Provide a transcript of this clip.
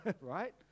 right